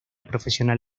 profesional